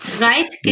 Right